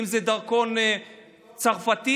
אם זה דרכון צרפתי.